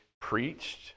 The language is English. preached